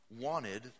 wanted